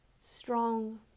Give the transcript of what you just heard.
strong